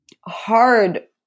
hard